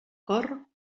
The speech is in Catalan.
cor